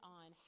on